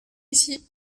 ici